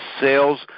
sales